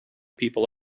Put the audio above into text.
people